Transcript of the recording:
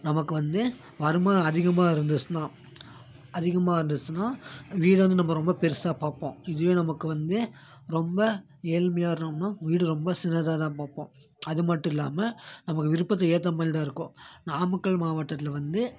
நமக்கு வந்து வருமானம் அதிகமாக இருந்துச்சுன்னா அதிகமாக இருந்துச்சுன்னா வீடு வந்து நம்ம ரொம்ப பெருசாக பார்ப்போம் இதுவே நமக்கு வந்து ரொம்ப ஏழ்மையாக இருக்கோம்ன்னா வீடு ரொம்ப சின்னதாக தான் பார்ப்போம் அதுமட்டும் இல்லாமல் நமக்கு விருப்பத்துக்கு ஏற்ற மாதிரிதான் இருக்கும் நாமக்கல் மாவட்டத்தில் வந்து